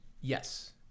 Yes